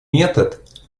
метод